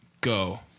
go